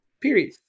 Period